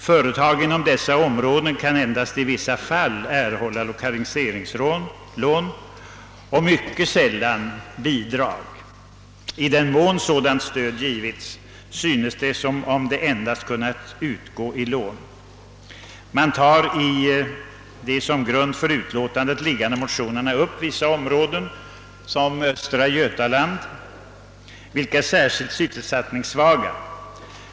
Företag inom dessa områden kan endast i vissa fall erhålla lokaliseringslån och mycket sällan bidrag. I den mån sådant stöd givits synes det endast ha kunnat utgå i form av lån. Man tar i de motioner som ligger till grund för utskottsutlåtandet upp vissa områden som är särskilt sysselsättningssvaga, t.ex. östra Götaland.